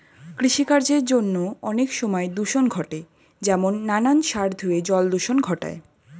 কৃষিকার্যের জন্য অনেক সময় দূষণ ঘটে যেমন নানান সার ধুয়ে জল দূষণ ঘটায়